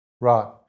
Right